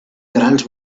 grans